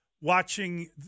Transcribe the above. watching